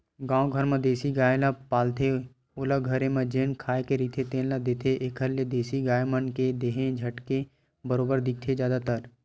गाँव घर म देसी गाय ल पालथे ओला घरे म जेन खाए के रहिथे तेने ल देथे, एखर ले देसी गाय मन के देहे ह झटके बरोबर दिखथे जादातर